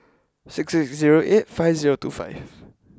six six zero eight five zero two five